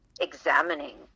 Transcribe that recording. examining